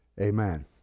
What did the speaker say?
Amen